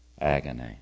agony